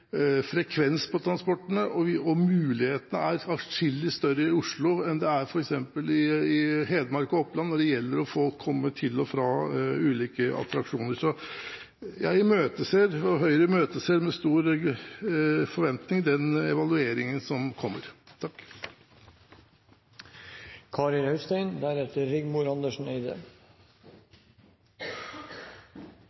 frekvens på transportene. Mulighetene er atskillig større i Oslo enn de er f.eks. i Hedmark og Oppland når det gjelder å komme fra og til ulike attraksjoner. Jeg og Høyre imøteser med store forventninger den evalueringen som kommer.